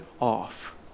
off